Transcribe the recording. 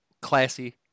classy